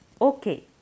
okay